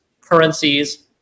currencies